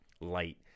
light